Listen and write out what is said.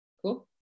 Cool